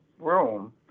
room